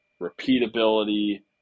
repeatability